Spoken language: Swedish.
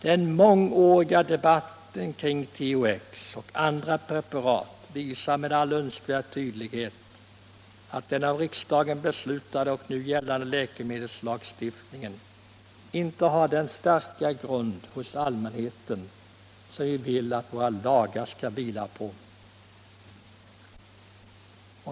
Den mångåriga debatten kring THX och andra preparat visar med all önskvärd tydlighet att den av riksdagen beslutade och nu gällande läkemedelslagstiftningen inte har den starka grund hos allmänheten som vi vill att våra lagar skall vila på.